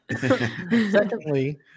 secondly